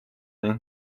ning